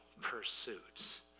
pursuits